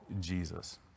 Jesus